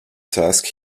task